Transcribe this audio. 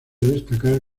destacar